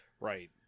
Right